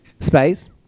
Space